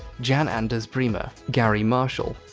jan anders breamer, garry marshall,